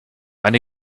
eine